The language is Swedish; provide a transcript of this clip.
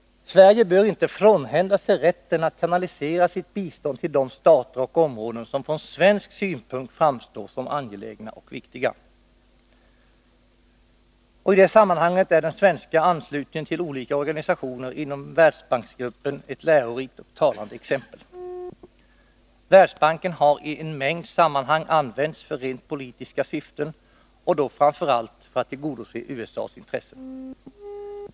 Sverige bör inte frånhända sig rätten att kanalisera sitt bistånd till de stater och områden som från svensk synpunkt framstår som angelägna och viktiga. I det sammanhanget är den svenska anslutningen till olika organisationer inom Världsbanksgruppen ett lärorikt och talande exempel. Världsbanken hari en mängd sammanhang använts för rent politiska syften, framför allt för att tillgodose USA:s intressen.